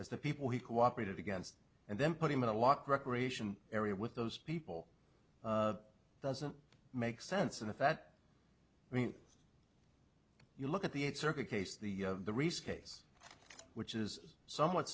as the people he cooperated against and then put him in a lot recreation area with those people doesn't make sense and if that means you look at the eight circuit case the reese case which is somewhat